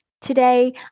Today